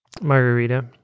Margarita